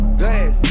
glass